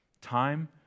time